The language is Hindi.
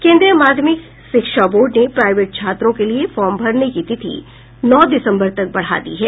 केंद्रीय माध्यमिक शिक्षा बोर्ड ने प्राईवेट छात्रों के लिये फॉर्म भरने की तिथि नौ दिसंबर तक बढ़ा दी है